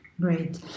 Great